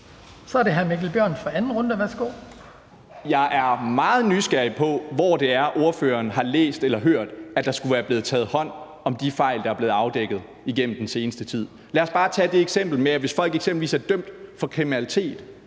Kl. 14:47 Mikkel Bjørn (DF): Jeg er meget nysgerrig på, hvor det er, ordføreren har læst eller hørt, at der skulle være blevet taget hånd om de fejl, der er blevet afdækket igennem den seneste tid. Lad os bare tage det eksempel med, at hvis folk eksempelvis er dømt for kriminalitet